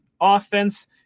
offense